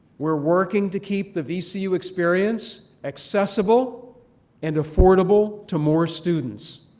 we're working to keep the vcu experience accessible and affordable to more students.